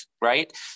right